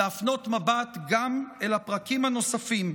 להפנות מבט גם אל הפרקים הנוספים,